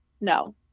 No